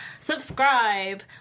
subscribe